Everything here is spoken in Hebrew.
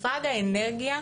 משרד האנרגיה